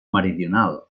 meridional